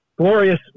Glorious